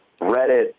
Reddit